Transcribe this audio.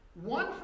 One